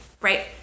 Right